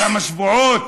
כמה שבועות.